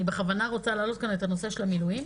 אני בכוונה רוצה להעלות כאן את הנושא של המילואים.